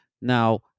Now